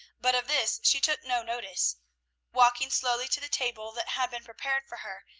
but of this she took no notice walking slowly to the table that had been prepared for her,